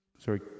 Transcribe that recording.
Sorry